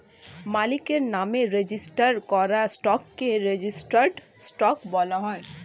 মালিকের নামে রেজিস্টার করা স্টককে রেজিস্টার্ড স্টক বলা হয়